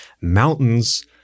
mountains